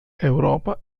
europa